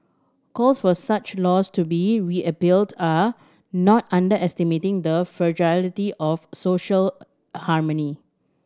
calls for such laws to be are not underestimating the fragility of social harmony